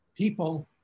people